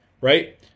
right